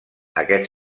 aquest